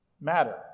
matter